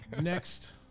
Next